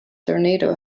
tornado